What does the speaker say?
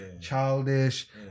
childish